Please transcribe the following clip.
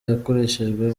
yakoreshejwe